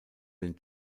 den